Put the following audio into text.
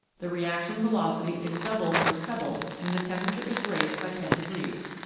the reaction velocity is doubled or trebled when the tem perature is raised by ten degrees.